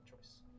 choice